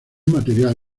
material